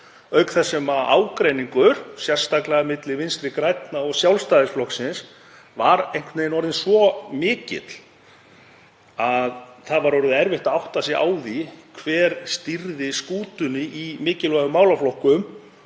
auk þess sem ágreiningur, sérstaklega milli Vinstri grænna og Sjálfstæðisflokksins, var einhvern veginn orðinn svo mikill að það var orðið erfitt að átta sig á því hver stýrði skútunni í mikilvægum málaflokkum